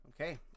Okay